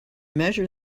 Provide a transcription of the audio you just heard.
measure